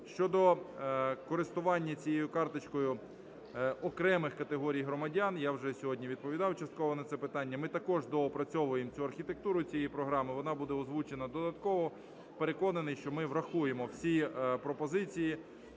Щодо користування цією карточкою окремих категорій громадян, я вже сьогодні відповідав частково на це питання. Ми також доопрацьовуємо цю архітектуру цієї програми. Вона буде озвучена додатково. Переконаний, що ми врахуємо всі пропозиції